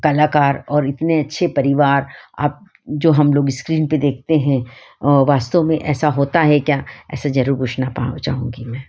कलाकार और इतने अच्छे परिवार आप जो हम लोग स्क्रीन पर देखते हैं वास्तव में ऐसा होता है क्या ऐसा जरुर पूछना पा चाहूँगी मैं